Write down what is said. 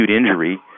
injury